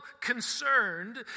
concerned